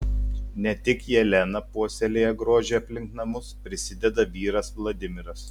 ne tik jelena puoselėja grožį aplink namus prisideda vyras vladimiras